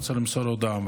רוצה למסור הודעה.